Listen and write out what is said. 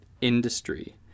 industry